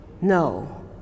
No